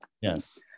Yes